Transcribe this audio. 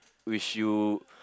which you